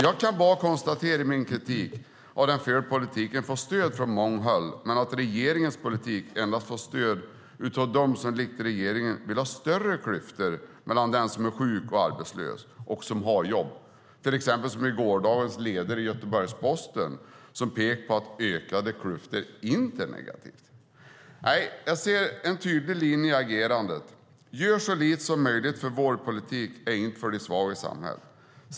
Jag kan bara konstatera att min kritik av den förda politiken får stöd från många håll men att regeringens politik endast får stöd av dem som likt regeringen vill ha större klyftor mellan den som är sjuk och arbetslös och den som har jobb. Ett exempel är gårdagens ledare i Göteborgs-Posten, som pekar på att ökade klyftor inte är negativt. Nej, jag ser en tydlig linje i agerandet: Gör så lite som möjligt, för vår politik är inte för de svaga i samhället!